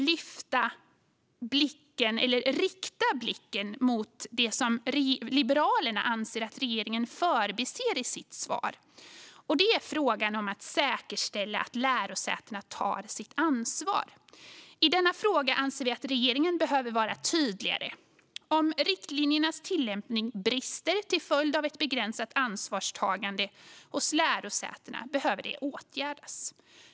Låt mig nu rikta blicken mot det som Liberalerna anser att regeringen förbiser i sitt svar. Det är frågan om att säkerställa att lärosätena tar sitt ansvar. I denna fråga anser vi att regeringen behöver vara tydligare. Om riktlinjernas tillämpning brister till följd av ett begränsat ansvarstagande hos lärosätena behöver det åtgärdas.